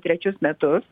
trečius metus